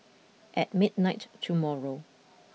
at midnight tomorrow